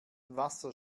wasser